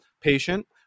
patient